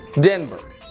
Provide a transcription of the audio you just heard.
Denver